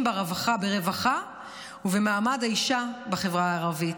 ברווחה ובמעמד האישה בחברה הערבית.